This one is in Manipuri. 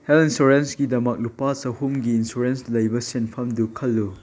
ꯍꯦꯜꯠ ꯏꯟꯁꯨꯔꯦꯟꯁꯀꯤꯗꯃꯛ ꯂꯨꯄꯥ ꯆꯍꯨꯝꯒꯤ ꯏꯟꯁꯨꯔꯦꯟꯁ ꯂꯩꯕ ꯁꯦꯟꯐꯝꯗꯨ ꯈꯜꯂꯨ